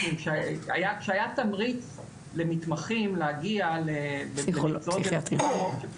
שהיה תמריץ למתמחים להגיע למקצועות לפסיכיאטריה של הילד,